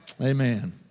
Amen